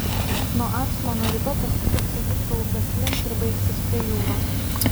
nuo acmono riba pasisuks egipto upės link ir baigsis prie jūros